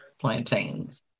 plantains